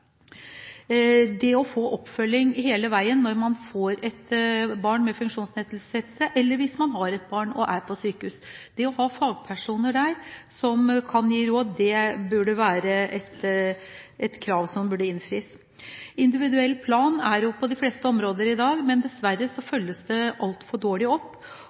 Det å få oppfølging hele veien – det å ha fagpersoner der som kan gi råd når man får et barn med funksjonsnedsettelse, eller når man har et barn på sykehus – burde være et krav som kunne innfris. Individuell plan er det på de fleste områder i dag, men dessverre følges det altfor dårlig opp,